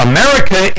America